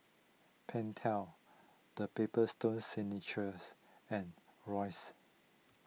Pentel the Paper Stone Signature and Royce